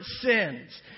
sins